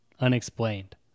unexplained